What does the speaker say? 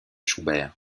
schubert